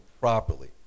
properly